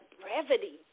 brevity